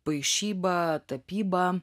paišyba tapyba